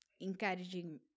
Encouraging